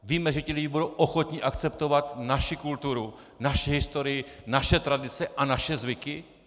Víme, že ti lidé budou ochotni akceptovat naši kulturu, naši historii, naše tradice a naše zvyky?